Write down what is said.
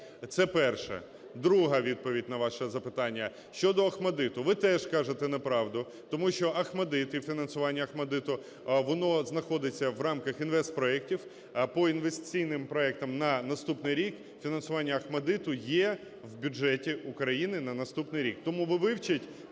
Це перше. Друга відповідь на ваше запитання, щодо ОХМАТДИТу. Ви теж кажете неправду, тому що ОХМАТДИТ і фінансування ОХМАТДИТу, воно знаходиться в рамках інвестпроектів, по інвестиційним проектам на наступний рік фінансування ОХМАТДИТу є в бюджеті України на наступний рік. Тому ви вивчіть